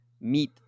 meet